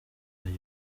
ayo